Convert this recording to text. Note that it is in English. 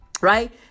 right